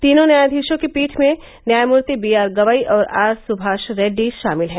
तीन न्यायाधीशों की पीठ में न्यायमूर्ति बीआर गवई और आरसुभाष रेड्डी शामिल हैं